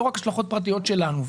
לא רק השלכות פרטיות שלנו.